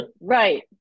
Right